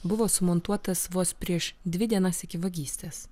buvo sumontuotas vos prieš dvi dienas iki vagystės